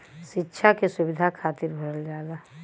सिक्षा के सुविधा खातिर भरल जाला